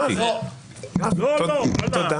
לא אותי אלא אנשים אחרים.